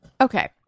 Okay